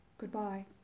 Goodbye